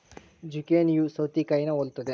ಜುಕೇನಿಯೂ ಸೌತೆಕಾಯಿನಾ ಹೊಲುತ್ತದೆ